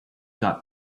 got